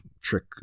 trick